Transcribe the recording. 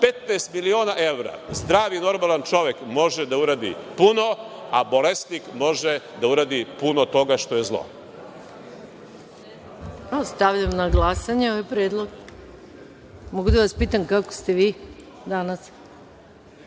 15 miliona evra zdrav i normalan čovek može da uradi puno, a bolesnik može da uradi puno toga što je zlo. **Maja Gojković** Stavljam na glasanje ovaj predlog. Da li mogu da vas pitam kako ste vi danas?(Zoran